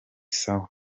sawa